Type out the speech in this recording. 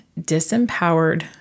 disempowered